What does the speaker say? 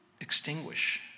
extinguish